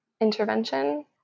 intervention